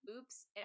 Oops